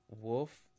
Wolf